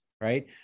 right